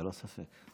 ללא ספק.